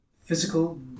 physical